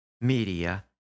media